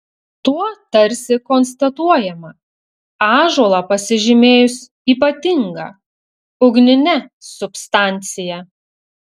tuo tarsi konstatuojama ąžuolą pasižymėjus ypatinga ugnine substancija